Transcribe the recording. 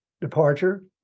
departure